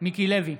מיקי לוי,